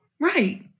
Right